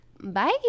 Bye